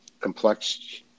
complex